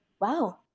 wow